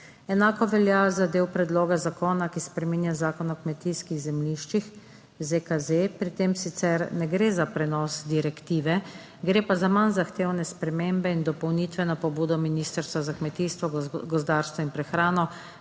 Enako velja za del predloga zakona, ki spreminja Zakon o kmetijskih zemljiščih, ZKZ. Pri tem sicer ne gre za prenos direktive, gre pa za manj zahtevne spremembe in dopolnitve na pobudo Ministrstva za kmetijstvo, gozdarstvo in prehrano,